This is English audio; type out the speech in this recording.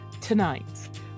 Tonight